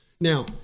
Now